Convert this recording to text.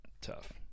tough